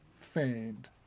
feigned